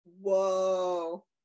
Whoa